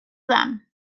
them